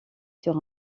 sur